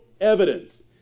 evidence